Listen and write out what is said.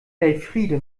elfriede